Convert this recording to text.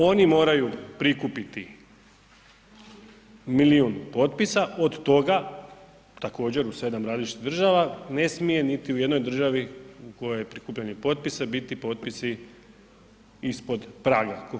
Oni moraju prikupiti milijun potpisa, od toga, također u 7 različitih država, ne smije niti u jednoj državi u kojoj je prikupljanje potpisa, biti potpisi ispod praga.